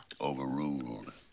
Overruled